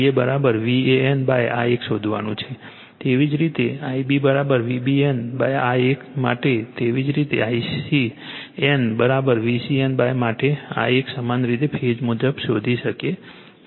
તેથી આ Ia VAN આ એક શોધવાનું છે તેવી જ રીતે Ib VBN આ એક માટે તેવી જ રીતે Ic n VCN માટે આ એક સમાન રીતે ફેઝ મુજબ શોધી શકે છે